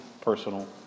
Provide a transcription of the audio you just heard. personal